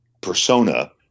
persona